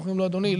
ואומרים לו: אדוני,